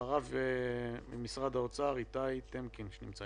אחריו איתי טמקין ממשרד האוצר.